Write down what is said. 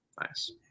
nice